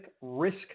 Risk